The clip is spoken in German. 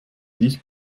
dich